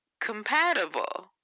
compatible